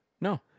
No